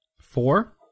Four